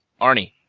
Arnie